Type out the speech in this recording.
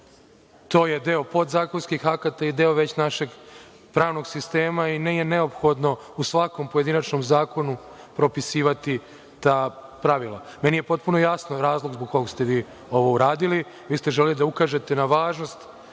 To je deo podzakonskih akata i deo već našeg pravnog sistema i nije neophodno u svakom pojedinačnom zakonu propisivati ta pravila. Meni je potpuno jasan razlog zbog kog ste vi ovo uradili, vi ste želeli da ukažete na važnost